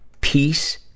peace